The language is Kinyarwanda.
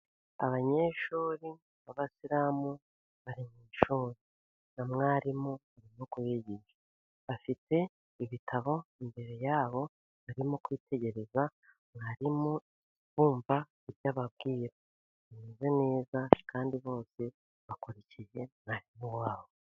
Abanyeshuri b'abasiramu, bari mu ishuri na mwarimu uri kubigisha, afite ibitabo imbere yabo, barimo kwitegereza mwarimu bumva ibyo ababwira, bimeze neza kandi bose bakurikiye mwarimu wabo.